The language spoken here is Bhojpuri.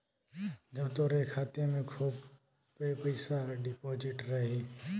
जब तोहरे खाते मे खूबे पइसा डिपोज़िट रही